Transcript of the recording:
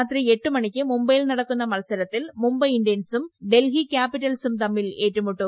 രാത്രി എട്ട് മണിക്ക് മുംബൈയിൽ നടക്കുന്ന മത്സ രത്തിൽ മുംബൈ ഇന്ത്യൻസും ഡൽഹി ക്യാപിറ്റൽസും തമ്മിൽ ഏറ്റുമുട്ടും